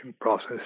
process